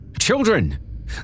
Children